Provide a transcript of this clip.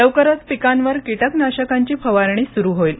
लवकरच पिकांवर किटकनाशकांची फवारणी सुरू होईल